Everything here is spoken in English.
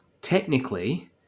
technically